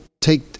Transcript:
take